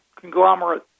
conglomerate